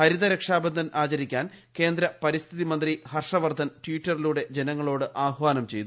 ഹരിത രക്ഷാബ ന്ധൻ ആചരിക്കാൻ കേന്ദ്ര പരിസ്ഥിതി മന്ത്രി ്ട്ടൂർഷവർദ്ധൻ ട്വിറ്ററിലൂടെ ജനങ്ങളോട് ആഹാനം ചെയ്തു